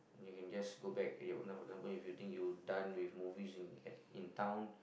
you can just go back at your own lah for example if you think you done with movie in at town